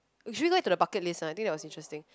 we threw that into the bucket list ah I think it was interesting